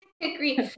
agree